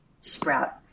sprout